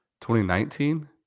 2019